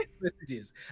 messages